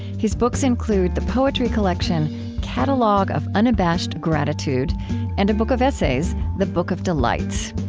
his books include the poetry collection catalogue of unabashed gratitude and a book of essays, the book of delights.